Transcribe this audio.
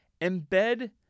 embed